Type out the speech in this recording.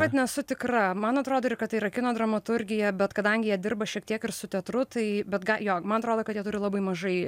vat nesu tikra man atrodo ir kad tai yra kino dramaturgija bet kadangi jie dirba šiek tiek ir su teatru tai bet ga jo man atrodo kad jie turi labai mažai